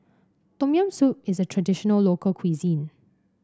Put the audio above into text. Tom Yam Soup is a traditional local cuisine